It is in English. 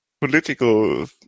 political